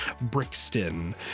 Brixton